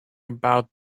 about